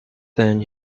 then